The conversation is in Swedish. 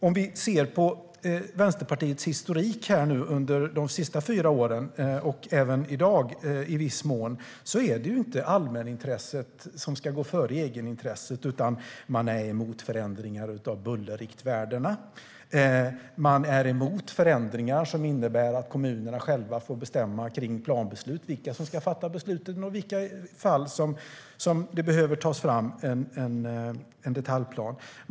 Enligt Vänsterpartiets historik under de senaste fyra åren, och även i dag i viss mån, är det inte allmänintresset som ska gå före egenintresset. Man är emot förändringar av bullerriktvärdena, och man är emot förändringar som innebär att kommunerna själva får bestämma kring planbeslut - vilka som ska fatta besluten och i vilka fall det behöver tas fram en detaljplan.